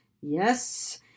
Yes